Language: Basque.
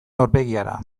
norbegiara